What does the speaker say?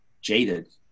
jaded